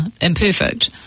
imperfect